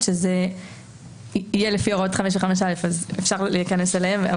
אפשר לחזור עליה -- כן,